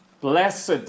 Blessed